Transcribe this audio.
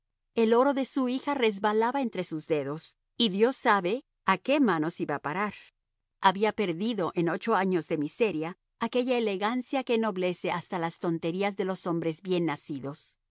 el oro de su hija resbalaba entre sus dedos y dios sabe a qué manos iba a parar había perdido en ocho años de miseria aquella elegancia que ennoblece hasta las tonterías de los hombres bien nacidos